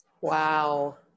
Wow